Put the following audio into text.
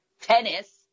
tennis